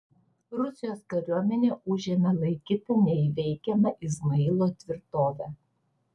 rusijos kariuomenė užėmė laikytą neįveikiama izmailo tvirtovę